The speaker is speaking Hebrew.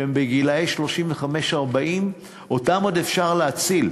שהן בגיל 35 40. אותם עוד אפשר להציל.